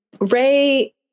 Ray